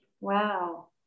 Wow